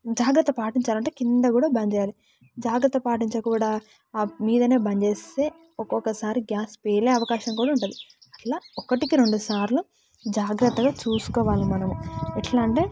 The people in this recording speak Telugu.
జాగ్రత్త పాటించాలి అంటే కింద కూడా బంద్ చేయాలి జాగ్రత్త పాటించకుండా ఆ మీదనే బంద్ చేస్తే ఒక్కొక్కసారి గ్యాస్ పేలే అవకాశం కూడా ఉంటుంది అట్లా ఒకటికి రెండుసార్లు జాగ్రత్తగా చూసుకోవాలని మనం ఎట్లా అంటే